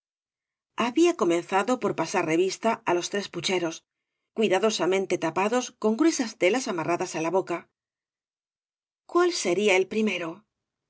había comenzado por pasar revista á los tres pucheros cuidadosamente tapados con gruesas telas amarradas á la boca cuál sería el primero